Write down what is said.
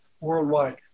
worldwide